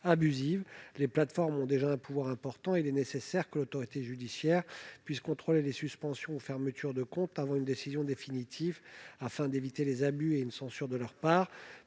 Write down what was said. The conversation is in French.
abusive. Les plateformes ont déjà un pouvoir important ; il est nécessaire que l'autorité judiciaire puisse contrôler les suspensions ou fermetures de comptes avant une décision définitive, afin d'éviter les abus et les phénomènes de censure par